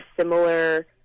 similar